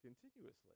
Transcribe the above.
continuously